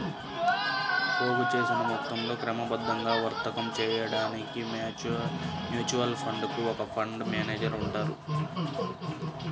పోగుచేసిన మొత్తంతో క్రమబద్ధంగా వర్తకం చేయడానికి మ్యూచువల్ ఫండ్ కు ఒక ఫండ్ మేనేజర్ ఉంటారు